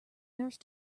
nurse